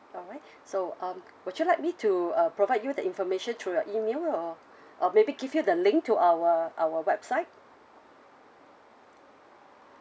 alright so um would you like me to uh provide you the information through your email or or maybe give you the link to our our website